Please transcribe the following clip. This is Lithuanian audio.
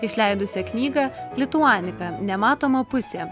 išleidusia knygą lituanika nematoma pusė